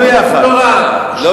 אנחנו